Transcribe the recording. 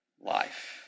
life